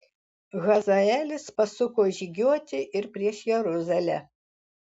hazaelis pasuko žygiuoti ir prieš jeruzalę